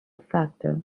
factor